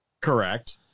Correct